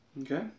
Okay